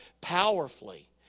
powerfully